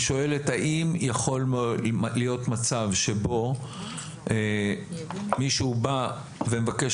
היא שואלת האם יכול להיות מצב שבו מישהו בא ומבקש